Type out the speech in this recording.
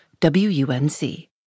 WUNC